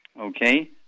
okay